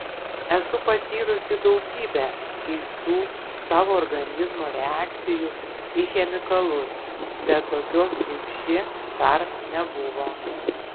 esu patyrusi daugybę keistų savo organizmo reakcijų į chemikalus bet tokios kaip ši dar nebuvo